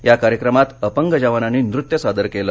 या कार्यक्रमात अपंग जवानांनी नृत्य सादर केलं